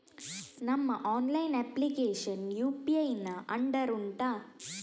ನಿಮ್ಮ online application UPI ನ under ಉಂಟಾ